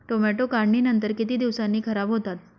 Tomato काढणीनंतर किती दिवसांनी खराब होतात?